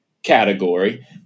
Category